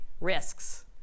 risks